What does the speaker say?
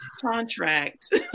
contract